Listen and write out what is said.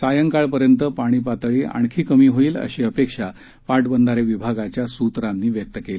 सायंकाळ पर्यंत पाणी पातळी आणखी कमी होईल अशी अपेक्षा पाटबंधारे विभागाच्या सुत्रांनी व्यक्त केली